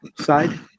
side